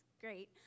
great